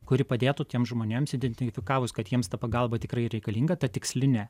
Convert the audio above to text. kuri padėtų tiems žmonėms identifikavus kad jiems ta pagalba tikrai reikalinga ta tikslinė